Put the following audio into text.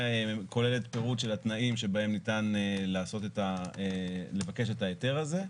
כוללת פירוט של התנאים שבהם ניתן לבקש את ההיתר הזה.